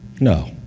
No